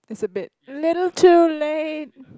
it's a bit little too late